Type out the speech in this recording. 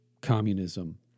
communism